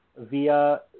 via